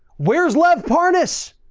where's lev parness?